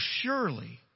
surely